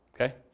Okay